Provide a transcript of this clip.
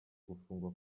gufungwa